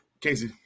Casey